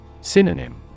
Synonym